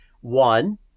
One